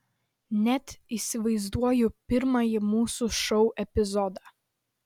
net įsivaizduoju pirmąjį mūsų šou epizodą